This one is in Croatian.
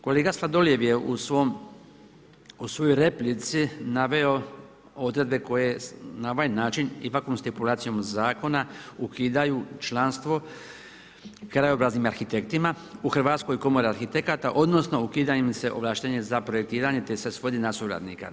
Kolega Sladoljev je u svojoj replici naveo odredbe koje na ovaj način ipak uz …/Govornik se razumije./… zakona ukidaju članstvo krajobraznim arhitektima u Hrvatskoj komori arhitekata odnosno ukida im se ovlaštenje za projektiranje te se svodi na suradnika.